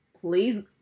Please